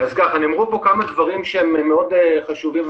נאמרו פה כמה דברים שהם מאוד חשובים,